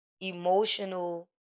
emotional